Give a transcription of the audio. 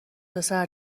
پسر